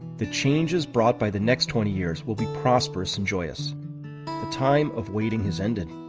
the changes brought by the next twenty years will be prosperous and joyous. the time of waiting has ended.